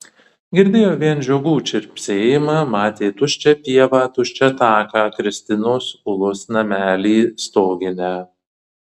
girdėjo vien žiogų čirpsėjimą matė tuščią pievą tuščią taką kristinos ulos namelį stoginę